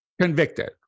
convicted